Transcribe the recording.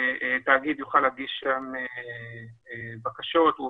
לגשת לגישה מרחוק והמשרד נתן פתרון לעניין הזה באמצעות פעולות